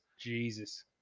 Jesus